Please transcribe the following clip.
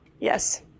Yes